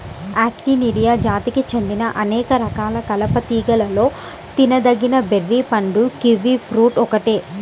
Actinidia జాతికి చెందిన అనేక రకాల కలప తీగలలో తినదగిన బెర్రీ పండు కివి ఫ్రూట్ ఒక్కటే